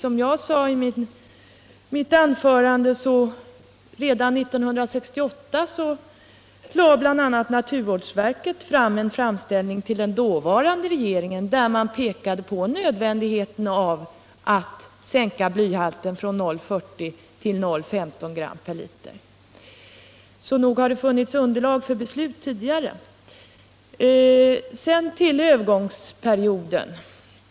Som jag sade i mitt anförande gjorde bl.a. naturvårdsverket redan 1968 en framställning till den dåvarande regeringen, där verket påpekade nödvändigheten av att blyhalten sänktes från 0,4 g l —så nog har det funnits underlag för ett sådant beslut tidigare! Sedan till frågan om övergångsperiodens längd!